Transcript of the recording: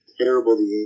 terrible